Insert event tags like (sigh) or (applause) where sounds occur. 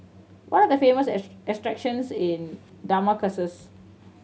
what are the famous (unintelligible) attractions in Damascus